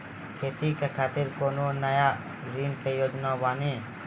खेती के खातिर कोनो नया ऋण के योजना बानी?